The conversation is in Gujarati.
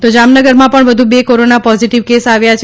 તો જામનગરમાં પણ વધુ બે કોરોના પોઝીટીવ કેસ આજે આવ્યા છે